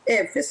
אפס.